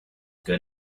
good